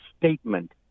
statement